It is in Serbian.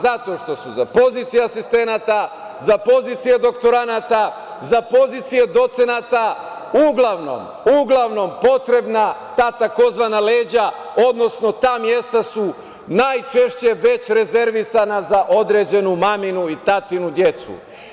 Zato što su za pozicije asistenata, za pozicije doktoranata, za pozicije docenata uglavnom, uglavnom potrebna ta tzv. leđa, odnosno ta mesta su najčešće već rezervisana za određenu maminu i tatinu decu.